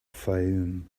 fayoum